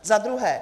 Za druhé.